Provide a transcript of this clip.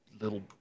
little